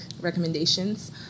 recommendations